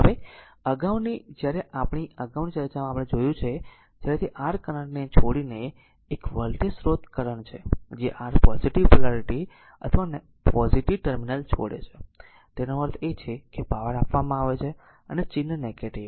હવે અગાઉની જ્યારે આપણી અગાઉની ચર્ચામાં આપણે જોયું છે કે જ્યારે તે r કરંટ ને છોડીને આ એક વોલ્ટેજ સ્રોત કરંટ છે જે r પોઝીટીવ પોલારીટી અથવા પોઝીટીવ ટર્મિનલ છોડે છે તેનો અર્થ એ કે પાવર આપવામાં આવે છે અને ચિહ્ન નેગેટીવ હશે